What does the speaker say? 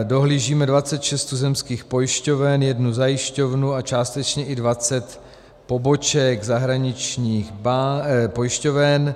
Dohlížíme 26 tuzemských pojišťoven, jednu zajišťovnu a částečně i 20 poboček zahraničních pojišťoven.